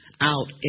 out